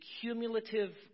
cumulative